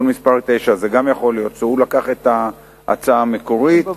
מס' 9. יכול להיות גם שהוא לקח את ההצעה המקורית,